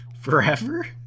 forever